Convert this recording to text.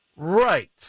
Right